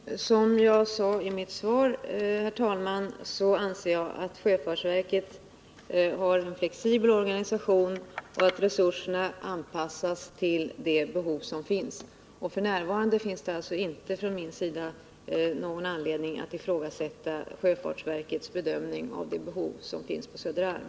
Herr talman! Som jag sade i mitt svar anser jag att sjöfartsverket har en flexibel organisation och att resurserna anpassats till de behov som föreligger. F.n. finns det alltså från min sida inte någon anledning att ifrågasätta sjöfartsverkets bedömning av de behov som föreligger i fråga om Söderarm.